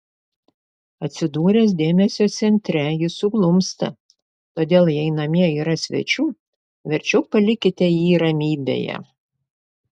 atsidūręs dėmesio centre jis suglumsta todėl jei namie yra svečių verčiau palikite jį ramybėje